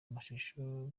amashusho